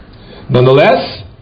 nonetheless